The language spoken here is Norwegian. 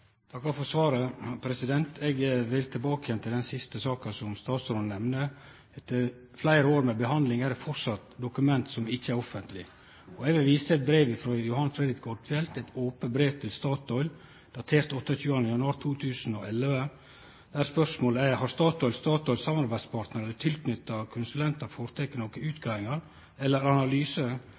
takkar for svaret. Eg vil tilbake til den siste saka som statsråden nemner. Etter fleire år med behandling er det framleis dokument som ikkje er offentlege. Eg vil vise til eit brev frå Johan Fr. Odfjell, eit ope brev til Statoil datert 28. januar 2011, der spørsmålet er: «Har Statoil, Statoils samarbeidspartnere eller tilknyttede konsulenter foretatt noen utredninger eller